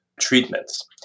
treatments